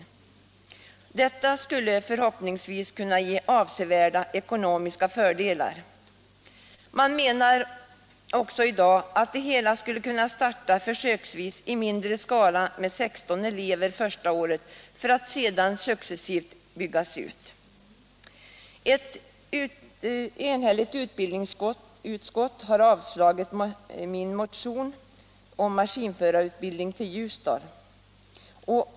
Detta skulle förhoppningsvis kunna ge avsevärda ekonomiska fördelar. Man menar också i dag, att det hela skulle kunna starta försöksvis i mindre skala med 16 elever första året för att sedan successivt kunna byggas ut. Ett enhälligt utbildningsutskott har avstyrkt min motion om förläggning av maskinförarutbildning till Ljusdal.